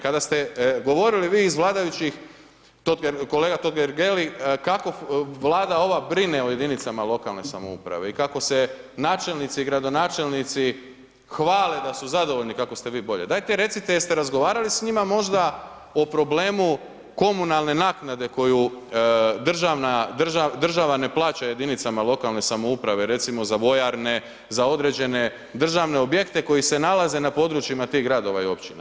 Kada ste govorili vi iz vladajućih, kolega Totgergeli kako Vlada ova brine o jedinicama lokalne samouprave i kako se načelnici i gradonačelnici hvale da su zadovoljni kako ste vi bolje, dajte recite jeste razgovarali s njima možda o problemu komunalne naknade koju država ne plaća jedinicama lokalne samouprave, recimo za vojarne, za određene državne objekte koji se nalaze na područjima tih Gradova i Općina?